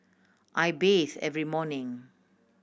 I bathe every morning